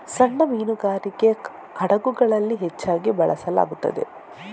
ಸಣ್ಣ ಮೀನುಗಾರಿಕೆ ಹಡಗುಗಳಲ್ಲಿ ಹೆಚ್ಚಾಗಿ ಬಳಸಲಾಗುತ್ತದೆ